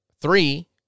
three